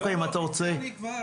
חיזקנו את התחנות האלו בכוח אדם,